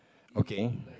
okay